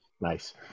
Nice